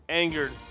angered